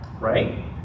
right